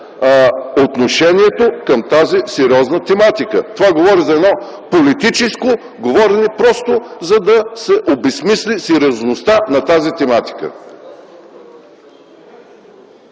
отношението към тази сериозна тематика, за едно политическо говорене, просто за да се обезсмисли сериозността на тази тематика.